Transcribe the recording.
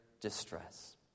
distress